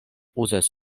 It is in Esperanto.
uzas